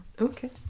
Okay